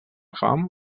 fam